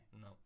No